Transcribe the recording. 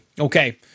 Okay